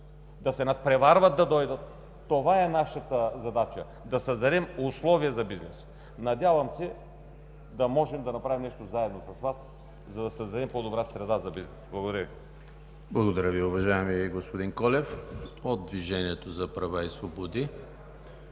да се надпреварват да дойдат. Това е нашата задача – да създадем условия за бизнес. Надявам се да можем да направим нещо заедно с Вас, за да създадем по-добра среда за бизнеса. Благодаря Ви. ПРЕДСЕДАТЕЛ ЕМИЛ ХРИСТОВ: Благодаря Ви, уважаеми господин Колев. От „Движението за права и свободи“